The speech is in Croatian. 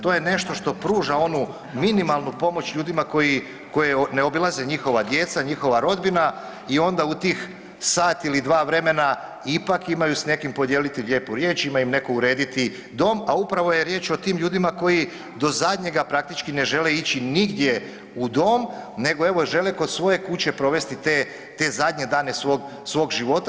To je nešto što pruža onu minimalnu pomoć ljudima koji, koje ne obilaze njihova djeca, njihova rodbina i onda u tih sat ili dva vremena ipak imaju s nekim podijeliti lijepu riječ, imam im neko urediti dom, a upravo je riječ o tim ljudima koji do zadnjega praktički ne žele ići nigdje u dom, nego evo žele kod svoje kuće provesti te, te zadnje dane svog života.